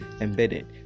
embedded